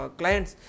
clients